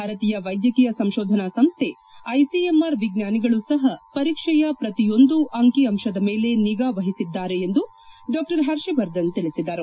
ಭಾರತೀಯ ವೈದ್ಯಕೀಯ ಸಂಶೋಧನಾ ಸಂಸ್ಥೆ ಐಸಿಎಂಆರ್ ವಿಜ್ಞಾನಿಗಳು ಸಹ ಪರೀಕ್ಷೆಯ ಪ್ರತಿಯೊಂದು ಅಂಕಿ ಅಂಶದ ಮೇಲೆ ನಿಗಾ ವಹಿಸಿದ್ಗಾರೆ ಎಂದು ಡಾ ಹರ್ಷವರ್ಧನ ತಿಳಿಸಿದರು